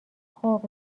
خوب